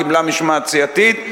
קיבלה משמעת סיעתית.